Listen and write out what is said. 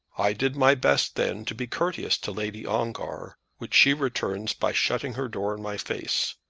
i did my best then to be courteous to lady ongar, which she returns by shutting her door in my face.